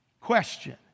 Question